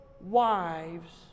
wives